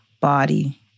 body